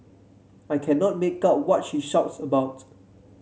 I cannot make out what she shouts about